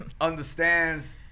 understands